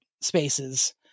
spaces